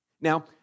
Now